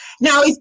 now